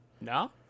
No